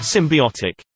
Symbiotic